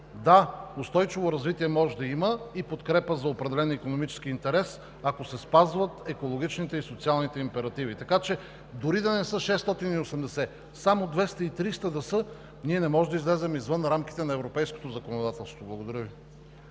Да, устойчиво развитие и подкрепа за определен икономически интерес може да има, ако се спазват екологичните и социалните императиви. Така че дори да не са 680, само 200 и 300 да са, ние не можем да излезем извън рамките на Европейското законодателство. Благодаря Ви.